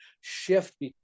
shift